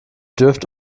dürft